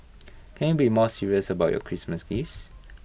can you be more serious about your Christmas gifts